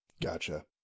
Gotcha